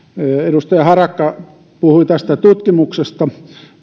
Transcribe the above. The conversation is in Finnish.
edustaja harakka puhui tutkimuksesta